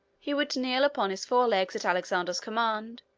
he would kneel upon his fore legs at alexander's command,